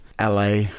la